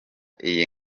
iyi